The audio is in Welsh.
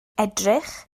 edrych